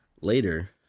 ...later